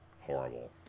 horrible